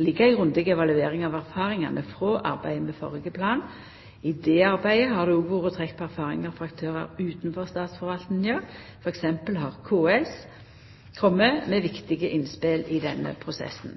ligg ei grundig evaluering av erfaringane frå arbeidet med førre plan. I det arbeidet har det òg vore trekt på røynsler frå aktørar utanfor statsforvaltninga. Til dømes har KS kome med viktige innspel i denne prosessen.